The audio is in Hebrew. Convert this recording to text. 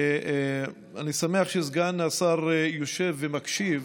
אני שמח שסגן השר יושב ומקשיב,